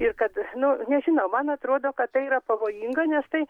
ir kad nu nežinau man atrodo kad tai yra pavojinga nes tai